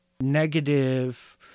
negative